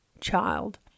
child